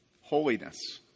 holiness